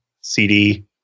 CD